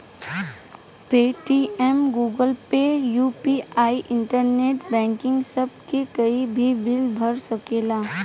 Paytm, Google Pay, UPI, internet banking सभ से कोई भी बिल भरा सकेला